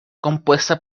compuesta